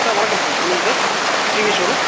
sir வணக்கம் sir சொல்லுங்க sir TVS showroom